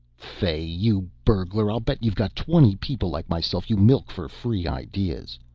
fay, you burglar, i'll bet you've got twenty people like myself you milk for free ideas.